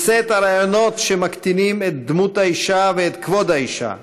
מסט הרעיונות שמקטינים את דמות האישה ואת כבוד האישה,